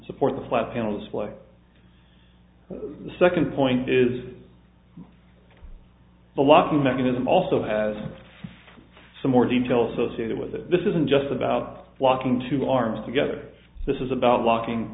support the flat panel display the second point is the locking mechanism also has some more details associated with it this isn't just about walking two arms together this is about locking